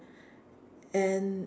and